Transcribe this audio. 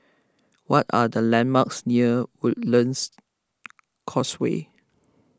what are the landmarks near Woodlands Causeway